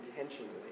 intentionally